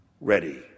ready